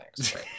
thanks